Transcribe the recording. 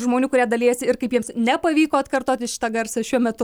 žmonių kurie dalijasi ir kaip jiems nepavyko atkartoti šitą garsą šiuo metu